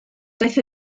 daeth